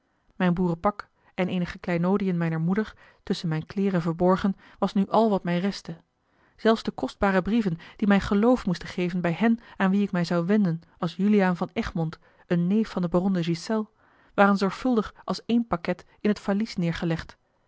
mijn boerenpak en eenige kleinoodiën mijner moeder tusschen mijne kleêren verborgen was nu al wat mij restte zelfs de kostbare brieven die mij geloof moesten geven bij hen aan wie ik mij zou wenden als juliaan van egmond een neef van den baron de ghiselles waren zorgvuldig als één pakket in het valies neêrgelegd